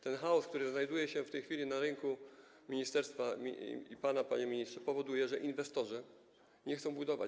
Ten chaos, który znajduje się w tej chwili na rynku - chodzi o ministerstwo i pana, panie ministrze - powoduje, że inwestorzy nie chcą budować.